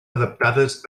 adaptades